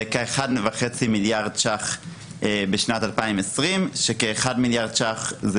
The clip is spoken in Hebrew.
האומדן הוא 1.5 מיליארד שקל בשנת 2020. כ-1 מיליארד שקל זה